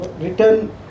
written